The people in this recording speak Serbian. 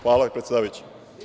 Hvala predsedavajuća.